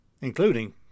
including